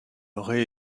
aurait